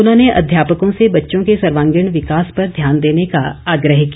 उन्होंने अध्यापकों से बच्चों के र्स्वांगीण विकास पर ध्यान देने का आग्रह किया